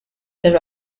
there